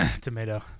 Tomato